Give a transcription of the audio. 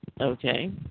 Okay